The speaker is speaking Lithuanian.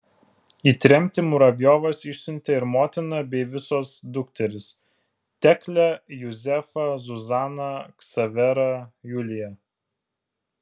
į tremtį muravjovas išsiuntė ir motiną bei visos dukteris teklę juzefą zuzaną ksaverą juliją